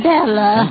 Bella